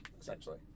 Essentially